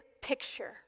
picture